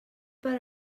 per